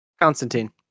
Constantine